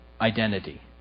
identity